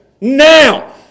Now